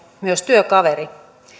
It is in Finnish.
myös työkaveri